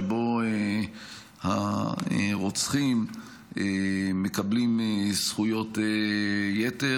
שבו הרוצחים מקבלים זכויות יתר,